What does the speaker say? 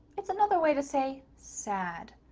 it's another way to say sad.